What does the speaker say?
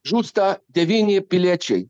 žūsta devyni piliečiai